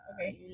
okay